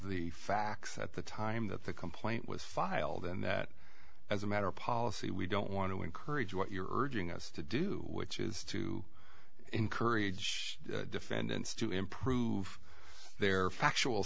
the facts at the time that the complaint was filed and that as a matter of policy we don't want to encourage what you're urging us to do which is to encourage defendants to improve their factual